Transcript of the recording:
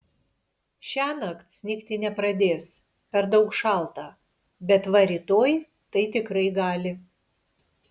šiąnakt snigti nepradės per daug šalta bet va rytoj tai tikrai gali